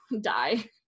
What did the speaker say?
die